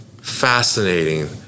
fascinating